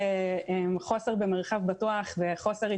האם יש מדידה לגבי בתי-ספר שמזכירים את